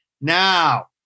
Now